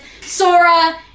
Sora